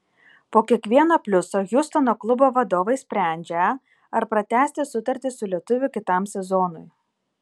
po kiekvieno pliuso hjustono klubo vadovai sprendžią ar pratęsti sutartį su lietuviu kitam sezonui